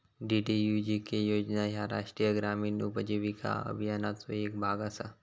DDUGK योजना ह्या राष्ट्रीय ग्रामीण उपजीविका अभियानाचो येक भाग असा